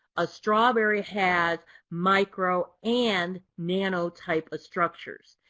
a strawberry has micro and nano-type of structures.